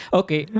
okay